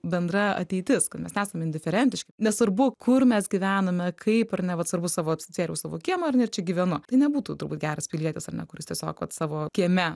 bendra ateitis kai mes esam indiferentiški nesvarbu kur mes gyvename kaip ar ne vat svarbu savo apsitvėriau savo kiemą ar ne čia gyvenu tai nebūtų turbūt geras pilietis ar ne kuris tiesiog vat savo kieme